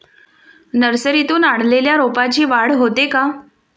नर्सरीतून आणलेल्या रोपाची वाढ होते का?